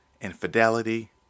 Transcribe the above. infidelity